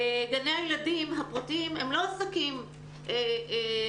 וגני הילדים הפרטיים הם לא עסקים עצמאיים,